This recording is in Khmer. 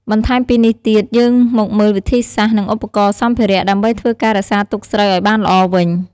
បន្ថែមពីនេះទៀត យើងមកមើលវិធីសាស្ត្រ និងឧបករណ៍ សម្ភារៈ ដើម្បីធ្វើការរក្សាទុកស្រូវឲ្យបានល្អវិញ។